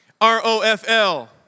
R-O-F-L